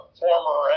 former